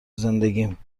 زندگیم